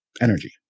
energy